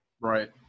Right